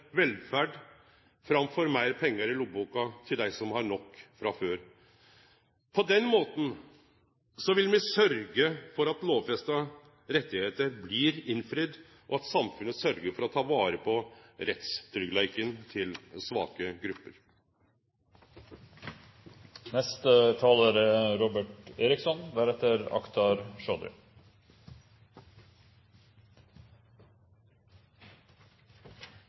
velferd framfor meir pengar i lommeboka til dei som har nok frå før. På den måten vil me sørgje for at lovfesta rettar blir innfridde, og at samfunnet sørgjer for å ta vare på rettstryggleiken til svake grupper. I denne saken skal jeg faktisk først få lov til å gjøre noe som kanskje er